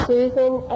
Susan